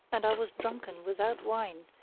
and i was drunken without wine,